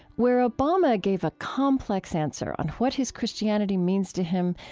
where obama gave a complex answer on what his christianity means to him,